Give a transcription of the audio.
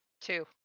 Two